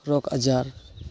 ᱨᱳᱜᱽ ᱟᱡᱟᱨ